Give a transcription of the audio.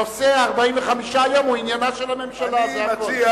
נושא 45 היום הוא עניינה של הממשלה, זה הכול.